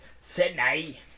Sydney